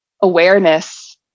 awareness